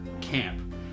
camp